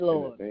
Lord